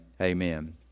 Amen